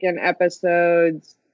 episodes